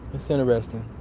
it's interesting